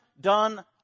done